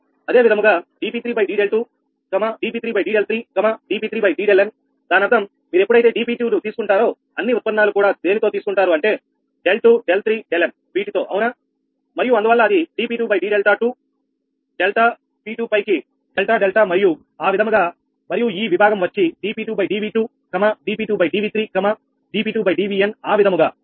అదే విధముగా dP3𝑑𝛿2dP3𝑑𝛿3dP3𝑑𝛿n దానర్థం మీరు ఎప్పుడైతే dP2 కు తీసుకుంటారో అన్ని ఉత్పన్నాలు కూడా దేనితో తీసుకుంటారు అంటే 𝛿2 𝛿3 𝛿𝑛 వీటితో అవునా మరియు అందువల్ల అది dP2𝑑𝛿2 డెల్టా పిటు పైకి డెల్టా డెల్టా మరియు ఆ విధముగా మరియు ఈ విభాగం వచ్చి 𝑑P2dV2dP2dV3dP2dVn ఆ విధముగా